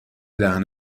دهن